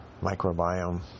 microbiome